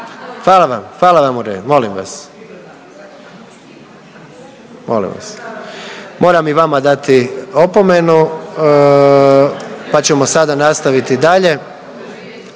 Hvala vam. Molim vas! Molim vas! Moram i vama dati opomenu, pa ćemo sada nastaviti dalje.